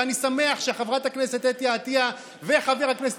ואני שמח שחברת הכנסת אתי עטייה וחבר הכנסת